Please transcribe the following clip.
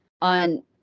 on